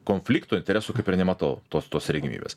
konflikto interesų kaip ir nematau tos tos regimybės